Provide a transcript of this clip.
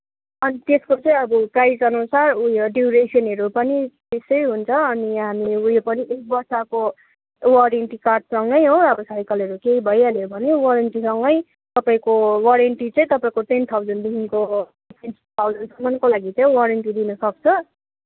अनि त्यसको चाहिँ अब प्राइसअनुसार ऊ यो ड्युरेसनहरू पनि फिक्सै हुन्छ हौ अनि यहाँ हामीले ऊ यो पनि एक वर्षको वारेन्टी कार्डसँगै हो अब साइकलहरू केही भइहाल्यो भने वारेन्टीसँगै तपाईँको वारेन्टी चाहिँ तपाईँको टेन थाउज्यान्डदेखिन्को थाउजेन्डकोसम्मनको लागि चाहिँ वारेन्टी दिन सक्छ